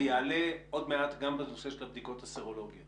ויעלה עוד מעט גם בנושא של הבדיקות הסרולוגיות